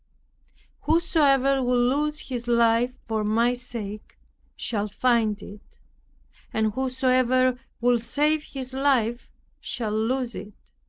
whosoever will lose his life for my sake shall find it and whosoever will save his life shall lose it.